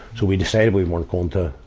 so we decided we weren't going to,